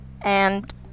And